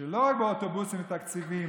שלא רק באוטובוסים ותקציבים